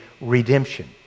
redemption